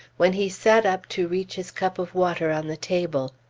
when he sat up to reach his cup of water on the table.